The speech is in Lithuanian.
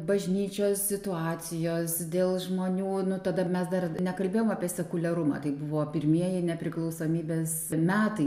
bažnyčios situacijos dėl žmonių nu tada mes dar nekalbėjom apie sekuliariumą tai buvo pirmieji nepriklausomybės metai